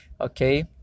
Okay